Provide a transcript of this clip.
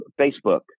Facebook